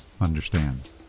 understand